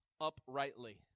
uprightly